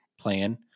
plan